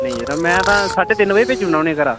नेईं यरा में तां साड्ढे तिन्न बजे भेज्जी ओड़ना उ'नें ई घरै दा